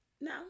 No